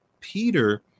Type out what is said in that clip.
Peter